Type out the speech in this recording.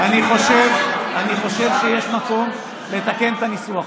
אני חושב שיש מקום לתקן את הניסוח הזה.